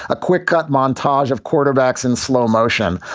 a quick cut montage of quarterbacks in slow motion.